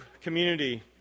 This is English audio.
community